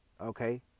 Okay